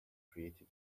created